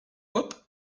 hop